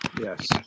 Yes